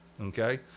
Okay